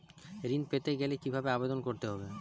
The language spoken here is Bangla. ঋণ পেতে গেলে কিভাবে আবেদন করতে হবে?